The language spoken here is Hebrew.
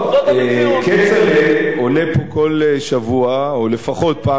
טוב, כצל'ה עולה לפה כל שבוע, או לפחות פעם בשבוע,